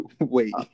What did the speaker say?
wait